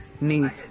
need